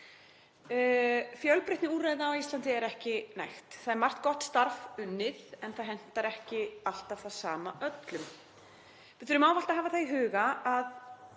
Fjölbreytni úrræða á Íslandi er ekki næg. Það er margt gott starf unnið en það hentar ekki alltaf það sama öllum. Við þurfum ávallt að hafa það í huga að